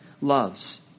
loves